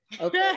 okay